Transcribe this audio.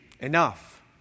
enough